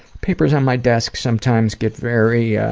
papers on my desk sometimes get very, yeah